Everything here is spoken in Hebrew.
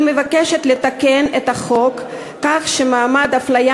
אני מבקשת לתקן את החוק כך שמעמד האפליה